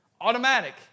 automatic